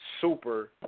super